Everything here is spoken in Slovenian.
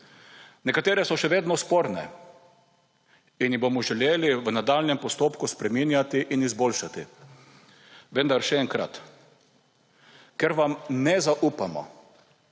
Nekatere so še vedno sporne in jih bomo želeli v nadaljnjem postopku spreminjati in izboljšati, vendar še enkrat, ker vam ne zaupamo,